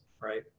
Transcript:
right